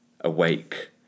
awake